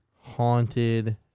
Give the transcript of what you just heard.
Haunted